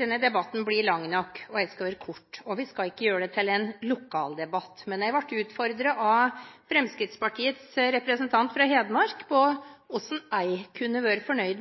Denne debatten blir lang nok, så jeg skal være kort. Vi skal ikke gjøre det til en lokal debatt, men jeg ble utfordret av Fremskrittspartiets representant fra Hedmark på hvordan jeg kunne være fornøyd